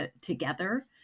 together